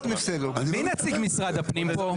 מי נציג משרד הפנים פה?